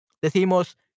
Decimos